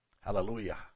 Hallelujah